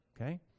Okay